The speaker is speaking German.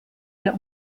der